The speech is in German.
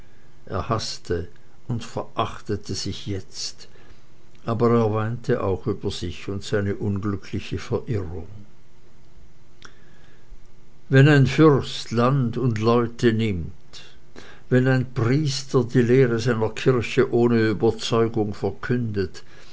er haßte und verachtete sich jetzt aber er weinte auch über sich und seine unglückliche verirrung wenn ein fürst land und leute nimmt wenn ein priester die lehre seiner kirche ohne überzeugung verkündet